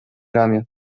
ramię